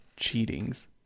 cheatings